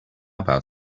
about